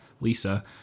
Lisa